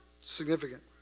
Significant